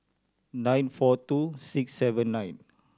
nine four two six seven nine